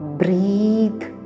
breathe